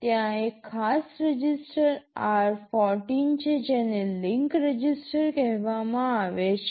ત્યાં એક ખાસ રજિસ્ટર r14 છે જેને લિંક રજિસ્ટર કહેવામાં આવે છે